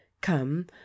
come